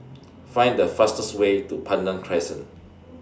Find The fastest Way to Pandan Crescent